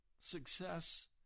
success